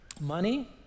Money